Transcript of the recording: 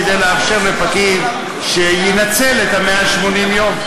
כדי לאפשר לפקיד שינצל את ה-180 יום?